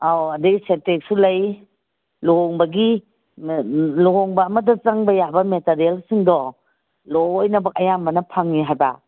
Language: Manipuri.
ꯑꯧ ꯑꯗꯒꯤ ꯁꯦꯟꯇꯦꯛꯁꯨ ꯂꯩ ꯂꯨꯍꯣꯡꯕꯒꯤ ꯂꯨꯍꯣꯡꯕ ꯑꯃꯗ ꯆꯪꯕ ꯌꯥꯕ ꯃꯦꯇꯔꯦꯜꯁꯤꯡꯗꯣ ꯂꯣꯏꯅꯃꯛ ꯑꯌꯥꯝꯕꯅ ꯐꯪꯉꯦ ꯍꯥꯏꯕ